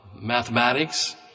mathematics